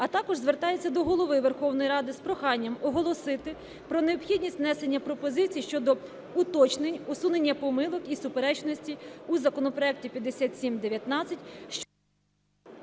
А також звертається до Голови Верховної Ради з проханням оголосити про необхідність внесення пропозицій щодо уточнень, усунення помилок і суперечностей у законопроекті 5719...